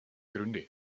gründe